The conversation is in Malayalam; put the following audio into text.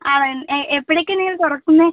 ആണോ എപ്പോഴൊക്കെയാണ് നിങ്ങൾ തുറക്കുന്നത്